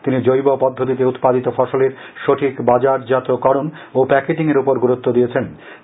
তিনি জৈব পদ্ধতিতে উৎপাদিত ফসলের সঠিক বাজারজাত করণ ও প্যাকেটিং এর উপর গুরুত্ব দিয়েছেন